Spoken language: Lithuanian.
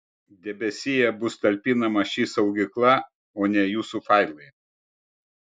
debesyje bus talpinama ši saugykla o ne jūsų failai